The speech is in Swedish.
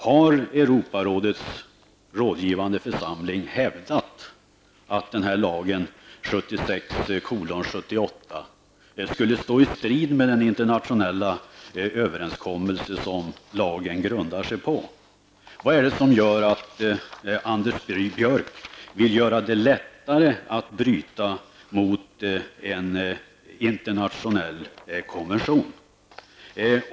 Har Europarådets rådgivande församling hävdat att den här lagen, 1976:78, skulle stå i strid med den internationella överenskommelse som lagen grundar sig på? Vad är det som gör att Anders Björck vill göra det lättare att bryta mot en internationell konvention?